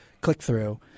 click-through